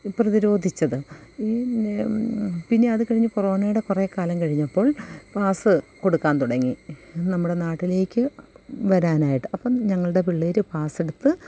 പ്രതിരോധിച്ചത് ഈ ന്നെ പിന്നെ അത് കഴിഞ്ഞ് കൊറോണയുടെ കുറേ കാലം കഴിഞ്ഞപ്പോൾ ക്ലാസ് കൊടുക്കാൻ തുടങ്ങി നമ്മുടെ നാട്ടിലേക്ക് വരാനായിട്ട് അപ്പോള് ഞങ്ങളുടെ പിള്ളേര് പാസ്സെടുത്ത്